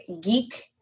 geek